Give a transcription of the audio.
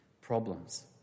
problems